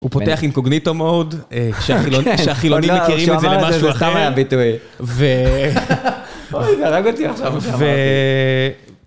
הוא פותח עם cogntito mode, כשהחילונים מכירים את זה למשהו אחר. אוי, זה הרג אותי עכשיו.